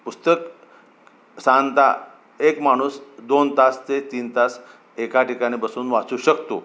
पुस्तक साधारणतः एक माणूस दोन तास ते तीन तास एका ठिकाणी बसून वाचू शकतो